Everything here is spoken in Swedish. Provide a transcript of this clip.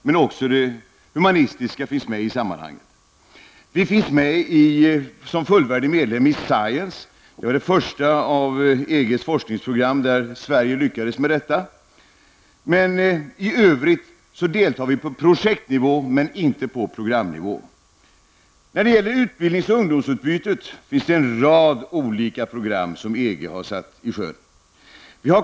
Men det humanistiska finns också med. Vidare är Sverige fullvärdig medlem Science -- det första av EGs forskningsprogram där Sverige lyckats bli medlem. I övrigt deltar vi på projektnivå -- alltså inte på programnivå. Beträffande utbildnings och ungdomsutbytet finns det en rad olika program som EG har satt i sjön.